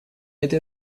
этой